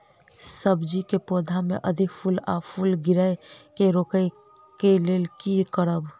सब्जी कऽ पौधा मे अधिक फूल आ फूल गिरय केँ रोकय कऽ लेल की करब?